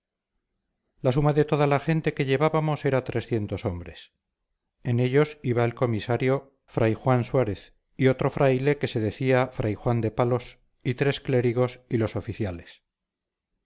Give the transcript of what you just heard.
la suma de toda la gente que llevábamos era trescientos hombres en ellos iba el comisario fray juan suárez y otro fraile que se decía fray juan de palos y tres clérigos y los oficiales